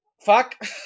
fuck